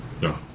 No